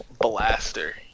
Blaster